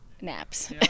naps